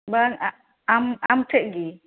ᱵᱟᱝ ᱟᱢ ᱟᱢ ᱴᱷᱮᱱ ᱜᱮ